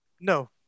No